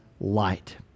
light